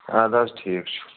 اَدٕ حظ ٹھیٖک چھُ